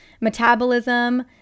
Metabolism